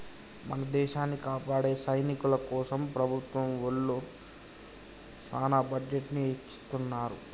మన దేసాన్ని కాపాడే సైనికుల కోసం ప్రభుత్వం ఒళ్ళు సాన బడ్జెట్ ని ఎచ్చిత్తున్నారు